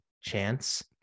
chance